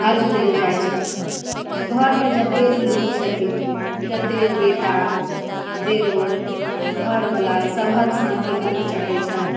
अर्घ देल जाइत छनि घरमे जत्तेक लोक छथिन जत्ते बेटा देओर घरबला सभहक सति अर्घ चढ़ैत छनि